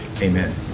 Amen